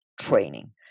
training